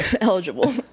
Eligible